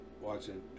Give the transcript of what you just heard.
watching